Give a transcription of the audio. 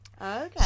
Okay